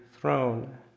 throne